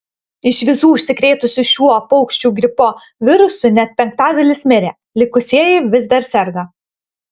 iš visų užsikrėtusių šiuo paukščių gripo virusu net penktadalis mirė likusieji vis dar serga